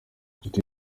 nshuti